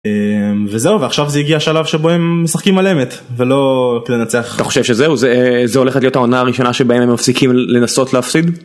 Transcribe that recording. וזהו ועכשיו זה הגיע שלב שבו הם משחקים על אמת ולא כדי לנצח אתה חושב שזהו זה זה הולכת להיות העונה הראשונה שבה הם מפסיקים לנסות להפסיד.